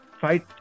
fight